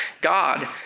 God